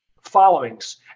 followings